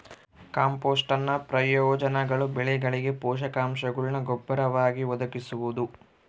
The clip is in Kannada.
ಕಾಂಪೋಸ್ಟ್ನ ಪ್ರಯೋಜನಗಳು ಬೆಳೆಗಳಿಗೆ ಪೋಷಕಾಂಶಗುಳ್ನ ಗೊಬ್ಬರವಾಗಿ ಒದಗಿಸುವುದು